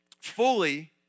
fully